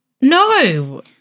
no